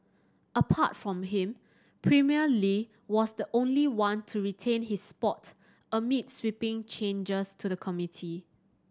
apart from him Premier Li was the only one to retain his spot amid sweeping changes to the committee